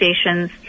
Stations